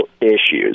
issues